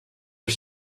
are